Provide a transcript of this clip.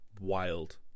wild